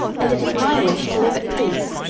and it is my wish to live at peace.